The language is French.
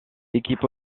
équipe